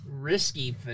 Risky